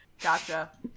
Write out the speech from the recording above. Gotcha